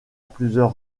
plusieurs